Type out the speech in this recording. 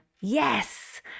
yes